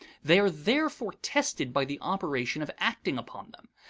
they are therefore tested by the operation of acting upon them.